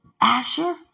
Asher